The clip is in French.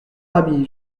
ami